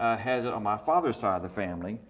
ah has it on my father's side of the family.